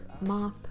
Mop